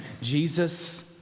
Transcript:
Jesus